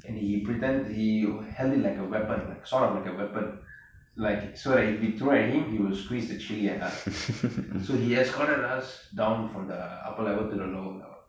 and he pretend he he held it like a weapon sort of like a weapon like so we throw at him he will squeeze the chilli at us so he escorted us down from the upper levelto the lower level